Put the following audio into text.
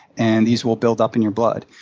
and these will build up in your blood.